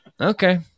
Okay